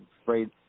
afraid